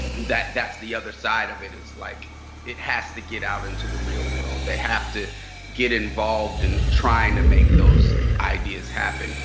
that's the other side of it. is like it has to get out into the real world. they have to get involved in trying to make those ideas happen.